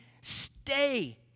stay